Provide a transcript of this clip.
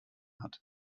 hat